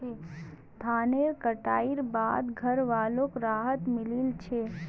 धानेर कटाई बाद घरवालोक राहत मिली छे